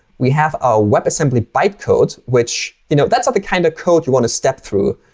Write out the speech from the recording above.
we have a webassembly bytecode which you know, that's not the kind of code you want to step through.